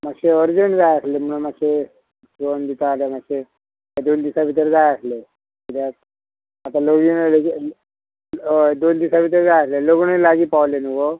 मातशें अर्जंट जाय आसले म्हणून मातशें शिंवोन दिता जाल्यार मातशें ह्या दोन दिसा भितर जाय आसलें कित्याक आतां लगीन हय दोन दिसा भितर जाय आसलें लग्नूय लागीं पावलें न्हू गो